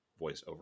voiceover